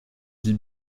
dis